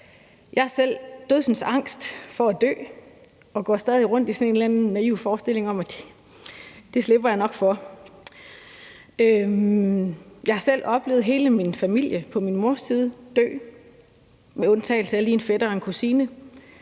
Jeg er selv dødsensangst for at dø og går stadig rundt med sådan en eller anden naiv forestilling om, at det slipper jeg nok for. Jeg har selv oplevet hele min familie på min mors side dø, lige med undtagelse af en fætter og en kusine.